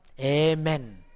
Amen